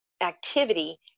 activity